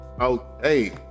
Okay